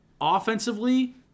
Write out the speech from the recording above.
Offensively